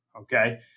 Okay